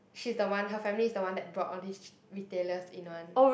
she's the one her family is the one that bought all this retailer in one